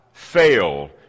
fail